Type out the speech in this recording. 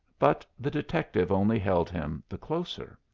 but the detective only held him the closer.